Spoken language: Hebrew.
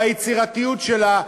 ביצירתיות שלה.